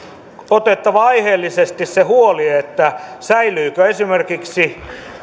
otettava aiheellisesti huoli siitä säilyykö esimerkiksi